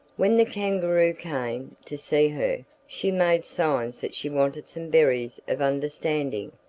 when the kangaroo came to see her she made signs that she wanted some berries of understanding,